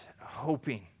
hoping